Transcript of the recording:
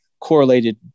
correlated